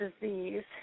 disease